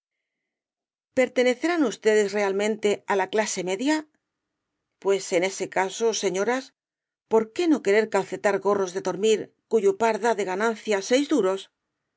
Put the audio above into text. pertenecerán ustedes realmente á la clase media pues en ese caso señoras por qué no querer calcetar gorros de dormir cuyo par da de ganancia seis duros